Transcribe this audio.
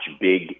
big